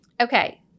Okay